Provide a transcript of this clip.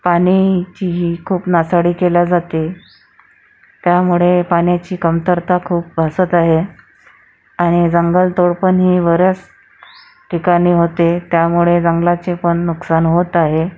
पाण्याचीही खूप नासाडी केली जाते त्यामुळे पाण्याची कमतरता खूप भासत आहे आणि जंगलतोड पण ही बऱ्याच ठिकाणी होते त्यामुळे जंगलाचे पण नुकसान होत आहे